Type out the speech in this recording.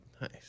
Nice